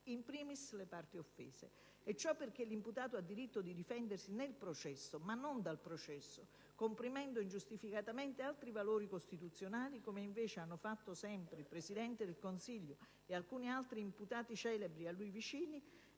*in primis* le parti offese. Ciò perché l'imputato ha diritto di difendersi nel processo, ma non dal processo, comprimendo ingiustificatamente altri valori costituzionali, come invece hanno sempre fatto il Presidente del Consiglio e alcuni altri imputati celebri a lui vicini,